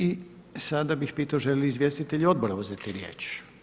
I sada bih pitao želi li izvjestitelj odbora uzeti riječ?